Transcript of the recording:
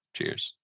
Cheers